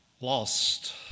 Lost